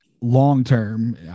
long-term